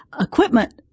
equipment